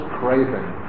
craving